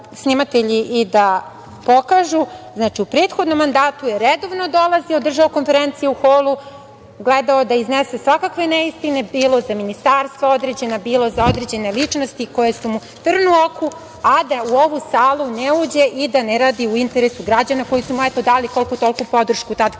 i da pokažu. Znači, u prethodnom mandatu je redovno dolazio, držao konferencije u holu, gledao da iznese svakakve neistine bilo za ministarstva određena, bilo za određene ličnosti koje su mu trn u oku, a da u ovu salu ne uđe i da ne radi u interesu građana koji su mu eto dali koliku toliku podršku tada kada